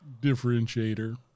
differentiator